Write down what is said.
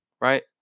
right